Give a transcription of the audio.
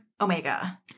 Omega